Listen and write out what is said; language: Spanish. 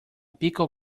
pico